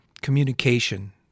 communication